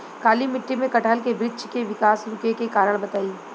काली मिट्टी में कटहल के बृच्छ के विकास रुके के कारण बताई?